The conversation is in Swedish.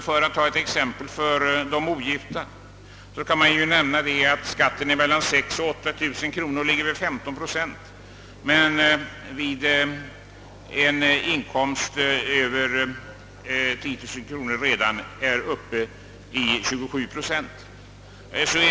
För ogifta ligger t.ex. skatten på inkomster mellan 6 000 och 8000 kronor vid 15 procent men är redan vid en inkomst över 10 000 kronor uppe i 27 procent.